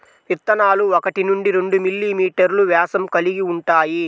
విత్తనాలు ఒకటి నుండి రెండు మిల్లీమీటర్లు వ్యాసం కలిగి ఉంటాయి